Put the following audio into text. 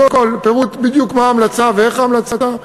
בדיוק מה ההמלצה ואיך ההמלצה,